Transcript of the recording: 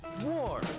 war